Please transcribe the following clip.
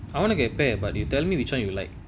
I want to get pair but you tell me which one you like